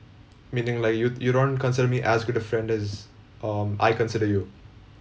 meaning like you you don't consider me as good a friend as um I consider you